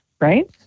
Right